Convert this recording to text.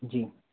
जी